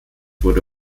wurde